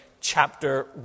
chapter